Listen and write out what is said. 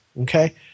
okay